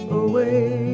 away